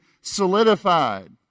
solidified